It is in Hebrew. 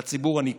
ולציבור אני קורא: